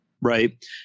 right